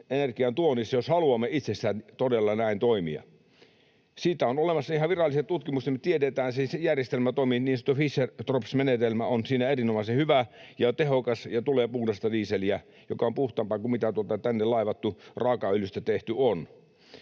energian tuonnissa, jos haluamme itsessään todella näin toimia. Siitä on olemassa ihan viralliset tutkimukset, eli me tiedetään, että se järjestelmä toimii, niin sanottu Fischer—Tropsch-menetelmä on siinä erinomaisen hyvä ja tehokas ja tulee puhdasta dieseliä, joka on puhtaampaa kuin tänne laivattu raakaöljystä tehty.